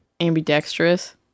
Ambidextrous